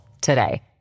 today